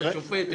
את השופט?